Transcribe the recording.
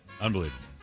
Unbelievable